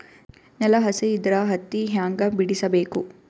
ನೆಲ ಹಸಿ ಇದ್ರ ಹತ್ತಿ ಹ್ಯಾಂಗ ಬಿಡಿಸಬೇಕು?